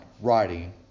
writing